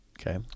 Okay